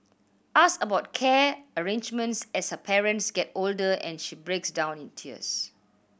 ask about care arrangements as her parents get older and she breaks down in tears